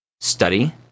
study